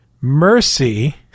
mercy